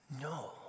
no